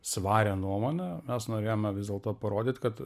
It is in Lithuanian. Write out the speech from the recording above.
svarią nuomonę mes norėjome vis dėlto parodyt kad